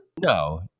No